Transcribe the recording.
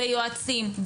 ביועצים,